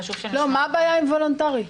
מה הבעיה עם וולונטרי?